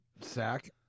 Sack